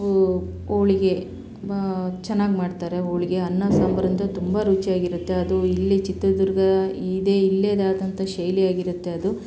ಹೋಳಿಗೆ ಚೆನ್ನಾಗಿ ಮಾಡ್ತಾರೆ ಹೋಳಿಗೆ ಅನ್ನ ಸಾಂಬಾರಂತೂ ತುಂಬ ರುಚಿಯಾಗಿ ಇರುತ್ತೆ ಅದು ಇಲ್ಲಿ ಚಿತ್ರದುರ್ಗ ಇದೇ ಇಲ್ಲೇದಾದಂಥ ಶೈಲಿಯಾಗಿರುತ್ತೆ ಅದು